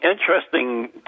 interesting